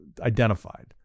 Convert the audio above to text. identified